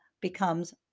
becomes